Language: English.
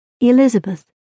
Elizabeth